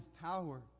power